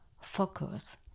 focus